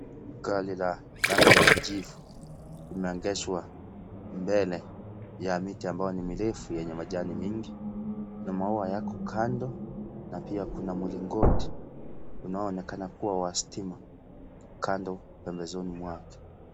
Gali la rangi ya kijivu, limeegeshwa mbele ya miti ambayo ni mirefu yenye majani mingi na maua yako kando na pia kuna mlingoti unaoonekana kuwa wa stima, kando pembezoni mwake.